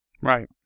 Right